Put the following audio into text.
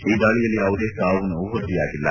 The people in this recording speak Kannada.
ಈ ದಾಳಿಯಲ್ಲಿ ಯಾವುದೇ ಸಾವು ನೋವು ವರದಿಯಾಗಿಲ್ಲ